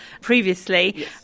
previously